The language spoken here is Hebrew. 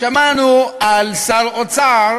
שמענו על שר אוצר